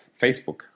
Facebook